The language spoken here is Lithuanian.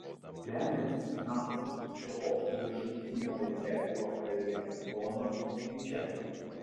remiantis knakfusu šio bokšto viršutinėje dalyje buvo karalienės bonos koplyčia